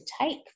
take